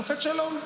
שופט שלום,